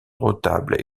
retable